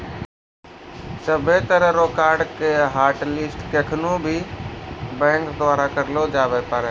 सभ्भे तरह रो कार्ड के हाटलिस्ट केखनू भी बैंक द्वारा करलो जाबै पारै